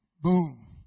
boom